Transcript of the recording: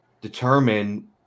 determine